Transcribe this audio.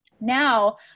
now